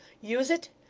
use it!